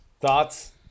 thoughts